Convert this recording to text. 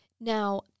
Now